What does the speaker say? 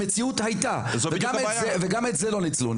אבל במציאות הייתה הפסקה וגם את זה לא ניצלו,